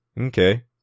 Okay